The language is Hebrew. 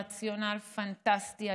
רציונל פנטסטי,